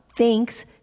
Thanks